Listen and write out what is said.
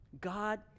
God